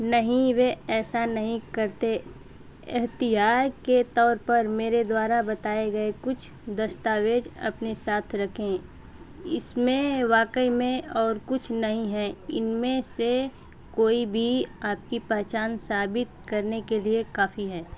नहीं वह ऐसा नहीं करते एहतियात के तौर पर मेरे द्वारा बताए गए कुछ दस्तावेज़ अपने साथ रखें इसमें वाक़ई में और कुछ नहीं है इनमें से कोई भी आपकी पहचान साबित करने के लिए काफी है